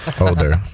Older